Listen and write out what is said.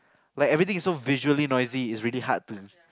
like everything is so visually noisy is really hard to